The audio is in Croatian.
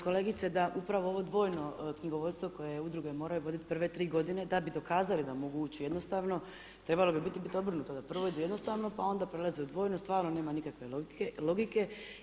Kolegice da, upravo ovo dvojno knjigovodstvo koje udruge moraju voditi prve tri godine da bi dokazali da mogu ući jednostavno, trebalo bi biti obrnuto da prvo ide jednostavno pa onda prelaze u dvojno, stvarno nema nikakve odluke.